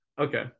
okay